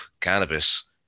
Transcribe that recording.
cannabis